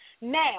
Now